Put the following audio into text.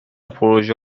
پروژه